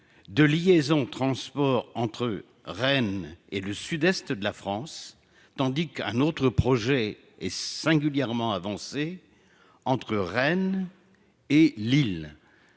des liaisons entre Rennes et le sud-est de la France, tandis qu'un autre projet est singulièrement avancé entre Rennes et Lille